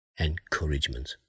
encouragement